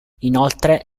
inoltre